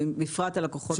בפרט הלקוחות הקטנים.